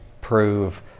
prove